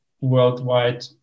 worldwide